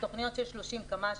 תוכניות של 30 קמ"ש,